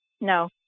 No